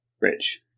Rich